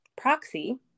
proxy